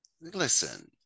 listen